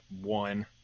one